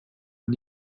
und